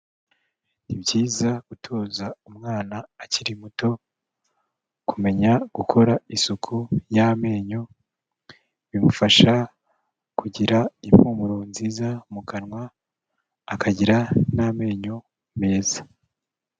Ni byiza gutoza umwana akiri muto kumenya gukora isuku y'amenyo, bimufasha kugira impumuro nziza mu kanwa, akagira n'amenyo meza.